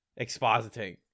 expositing